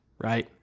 right